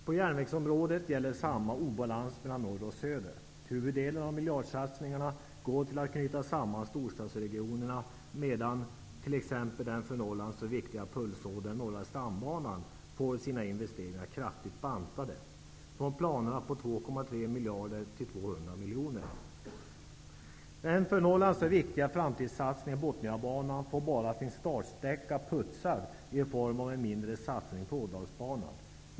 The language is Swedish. På järnvägsområdet gäller samma obalans mellan norr och söder. Huvuddelen av miljardsatsningarna går till att knyta samman storstadsregionerna, medan t.ex. den för Norrland så viktiga pulsådern norra stambanan får sina investeringar kraftigt bantade: från de planerade 2,3 miljarderna till 200 miljoner. Den för Norrland så viktiga framtidssatsningen Botniabanan får bara sin startsträcka putsad i form av en mindre satsning på Ådalsbanan.